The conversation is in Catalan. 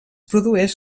produeix